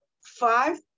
Five